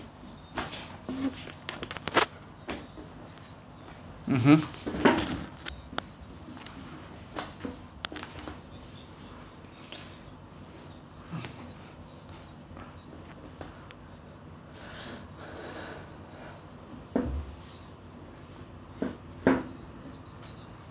mmhmm